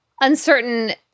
uncertain